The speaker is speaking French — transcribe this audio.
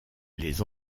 les